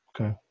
Okay